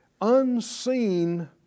unseen